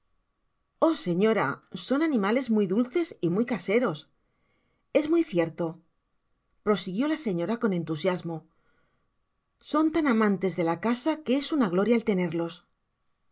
oh señora son animales muy dulces y muy caseros es muy cierto prosiguió la señora con entusiasmo son tan amantes de la casa que es una gloria el tenerlos